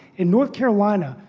in north carolina,